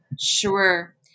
Sure